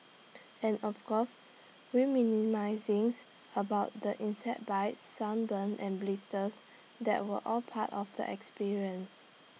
and of course about the insect bites sunburn and blisters that were all part of the experience